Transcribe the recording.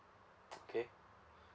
okay